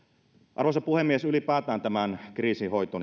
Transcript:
arvoisa puhemies ylipäätään tämän kriisin hoito